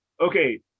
Okay